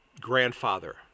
grandfather